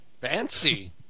Fancy